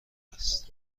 است